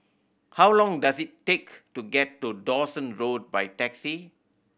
how long does it take to get to Dawson Road by taxi